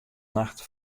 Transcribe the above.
nacht